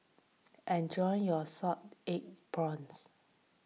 enjoy your Salted Egg Prawns